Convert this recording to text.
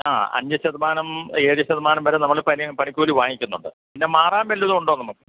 ആ അഞ്ച് ശതമാനം ഏഴ് ശതമാനം വരെ നമ്മൾ പനിയ് പണിക്കൂലി വാങ്ങിക്കുന്നുണ്ട് പിന്നെ മാറാന് വല്ലതും ഉണ്ടോ നമുക്ക്